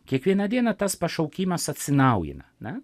kiekvieną dieną tas pašaukimas atsinaujina ne